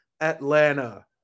Atlanta